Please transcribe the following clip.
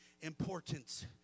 importance